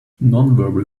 nonverbal